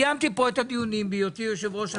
קיימתי פה את הדיונים בהיותי יושב-ראש הוועדה.